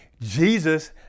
Jesus